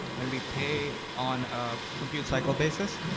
and we pay on a compute-cycle basis.